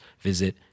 visit